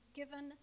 given